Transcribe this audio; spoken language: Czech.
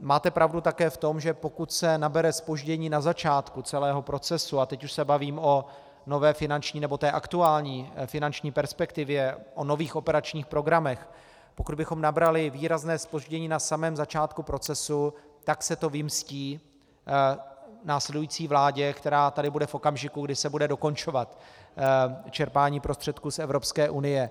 Máte pravdu také v tom, že pokud se nabere zpoždění na začátku celého procesu, a teď už se bavím o aktuální finanční perspektivě, o nových operačních programech, pokud bychom nabrali výrazné zpoždění na samém začátku procesu, tak se to vymstí následující vládě, která tady bude v okamžiku, kdy se bude dokončovat čerpání prostředků z Evropské unie.